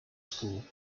school